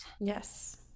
yes